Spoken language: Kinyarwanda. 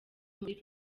muri